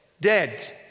dead